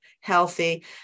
healthy